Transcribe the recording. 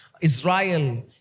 Israel